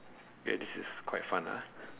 okay this is quite fun ah